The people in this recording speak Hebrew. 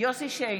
יוסף שיין,